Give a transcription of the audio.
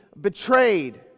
betrayed